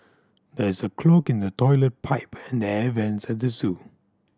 there is a clog in the toilet pipe and the air vents at the zoo